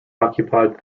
occupied